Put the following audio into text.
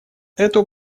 эту